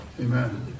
Amen